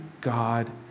God